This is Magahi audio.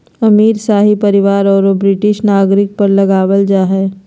अमीर, शाही परिवार औरो ब्रिटिश नागरिक पर लगाबल जा हइ